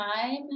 time